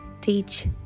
teach